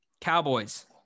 Cowboys